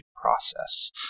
process